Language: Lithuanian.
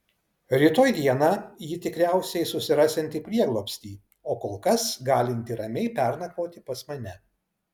rytoj dieną ji tikriausiai susirasianti prieglobstį o kol kas galinti ramiai pernakvoti pas mane